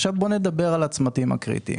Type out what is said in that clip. בואו נדבר על הצמתים הקריטיים.